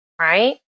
right